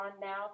now